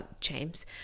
james